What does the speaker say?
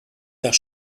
faire